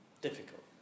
difficult